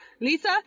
Lisa